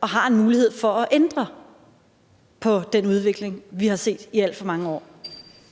og har mulighed for at ændre på den udvikling, vi har set i alt for mange år.